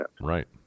Right